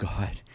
God